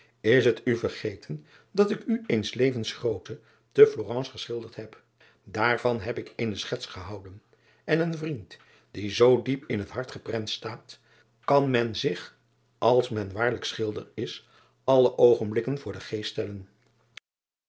s het u vergeten dat ik u eens levensgrootte te lorence geschilderd heb daarvan heb ik eene schets gehouden en een vriend die zoo diep in het hart geprent staat kan men zich als men waarlijk schilder is alle oogenblikken voor den geest stellen